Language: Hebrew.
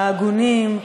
ההגונים,